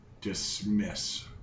dismiss